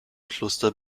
kloster